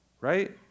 right